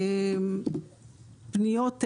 פניות חודשיות,